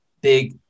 big